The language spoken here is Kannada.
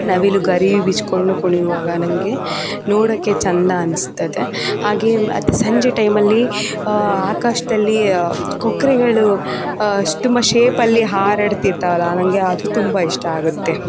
ನವಿಲು ಗರಿ ಬಿಚ್ಚಿಕೊಂಡು ಕುಣಿಯುವಾಗ ನನಗೆ ನೋಡೋಕೆ ಚೆಂದ ಅನ್ನಿಸ್ತದೆ ಹಾಗೆ ಅತಿ ಸಂಜೆ ಟೈಮಲ್ಲಿ ಆಕಾಶದಲ್ಲಿ ಕೊಕ್ಕರೆಗಳು ತುಂಬ ಶೇಪಲ್ಲಿ ಹಾರಾಡ್ತಿರ್ತವಲ್ಲ ನನಗೆ ಅದು ತುಂಬ ಇಷ್ಟ ಆಗುತ್ತೆ